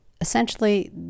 Essentially